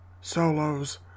Solos